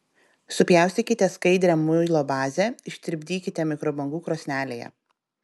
supjaustykite skaidrią muilo bazę ištirpdykite mikrobangų krosnelėje